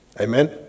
Amen